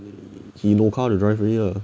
he no car to drive already lah